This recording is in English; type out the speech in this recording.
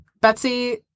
Betsy